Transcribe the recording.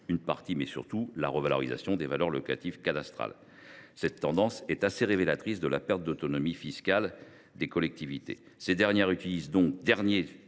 qui résulte surtout de la revalorisation des valeurs locatives cadastrales. Cette tendance est assez révélatrice de la perte d’autonomie fiscale des collectivités territoriales. Ces dernières utilisent leur dernier